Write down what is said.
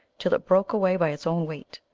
till it broke away by its own weight.